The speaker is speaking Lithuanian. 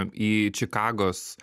į čikagos